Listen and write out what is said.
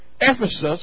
Ephesus